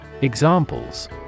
Examples